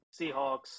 Seahawks